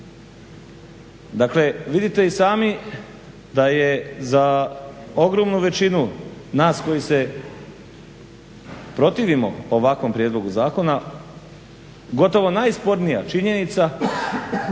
Dakle, vidite i sami da je za ogromnu većinu nas koji se protivimo ovakvom prijedlogu zakona gotovo najspornija činjenica